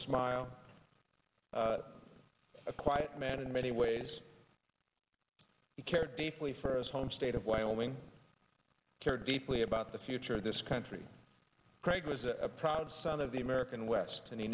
smile a quiet man in many ways he cared deeply for his home state of wyoming care deeply about the future of this country craig was a proud son of the american west and he